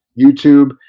YouTube